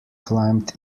climbed